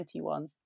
2021